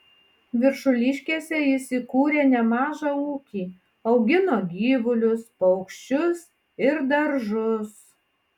viršuliškėse jis įkūrė nemažą ūkį augino gyvulius paukščius ir daržus